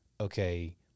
okay